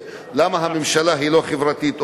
למה הממשלה לא חברתית.